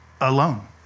alone